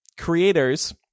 Creators